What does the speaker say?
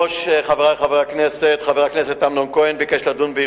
חבר הכנסת אמנון כהן שאל את השר לביטחון פנים ביום